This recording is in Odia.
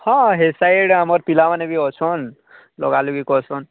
ହଁ ହେ ସାଇଡ୍ ଆମର ପିଲାମାନେ ବି ଅଛନ୍ତି ଲଗା ଲଗି କରୁଛନ୍ତି